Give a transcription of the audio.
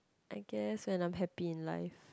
I guess and I'm happy in life